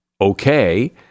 okay